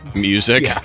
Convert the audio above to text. music